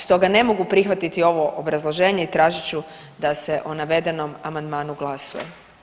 Stoga ne mogu prihvatiti ovo obrazloženje i tražit ću da se o navedenom amandmanu glasuje.